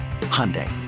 Hyundai